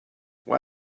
why